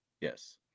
Yes